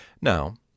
Now